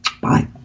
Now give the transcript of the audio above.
Bye